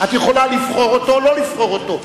את יכולה לבחור אותו או לא לבחור אותו.